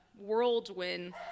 whirlwind